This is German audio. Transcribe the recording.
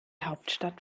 hauptstadt